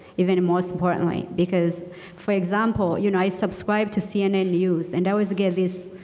even and most importantly. because for example you know i subscribed to cnn news and i always get this